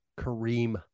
Kareem